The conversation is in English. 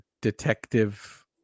detective